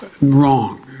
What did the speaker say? wrong